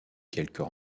quelques